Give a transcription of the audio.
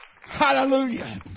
Hallelujah